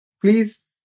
Please